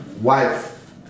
Wife